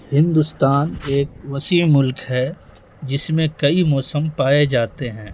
ہندوستان ایک وسیع ملک ہے جس میں کئی موسم پائے جاتے ہیں